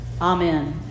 Amen